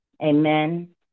amen